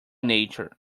nature